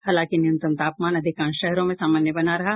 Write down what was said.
हालांकि न्यूनतम तापमान अधिकांश शहरों में सामान्य बना रहा